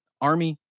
Army